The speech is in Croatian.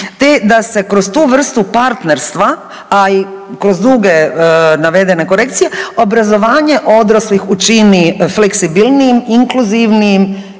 te da se kroz tu vrstu partnerstva, a i kroz druge navedene korekcije, obrazovanje odraslih učini fleksibilnijim, inkluzivnijim